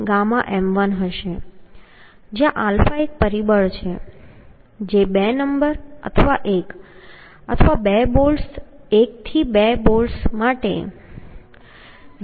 જ્યાં ɑ એક પરિબળ છે જે 2 નંબર 1 અથવા 2 બોલ્ટ્સ 1 થી 2 બોલ્ટ્સ માટે 0